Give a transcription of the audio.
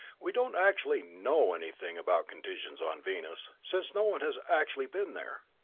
we don't actually know anything about conditions on venus, since no one has actually been there.